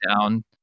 down